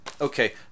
Okay